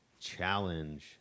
challenge